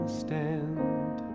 stand